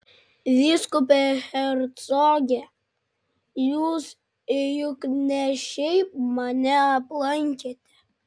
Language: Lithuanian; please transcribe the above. vyskupe hercoge jūs juk ne šiaip mane aplankėte